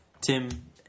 Tim